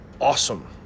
awesome